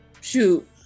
Shoot